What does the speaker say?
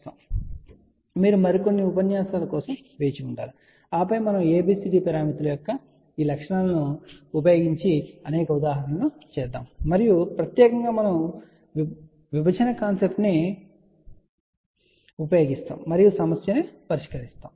కాబట్టి మీరు మరికొన్ని ఉపన్యాసాల కోసం వేచి ఉండాలి ఆపై మనము ABCD పారామితుల యొక్క ఈ లక్షణాలను ఉపయోగించబోతున్న అనేక ఉదాహరణలను తీసుకోబోతున్నాము మరియు ప్రత్యేకంగా మనము విభజన కాన్సెప్ట్ ను ఉపయోగిస్తాము మరియు సమస్యను పరిష్కరిస్తాము